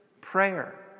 prayer